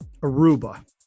Aruba